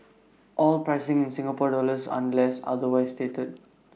all pricing in Singapore dollars unless otherwise stated